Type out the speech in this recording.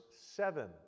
seven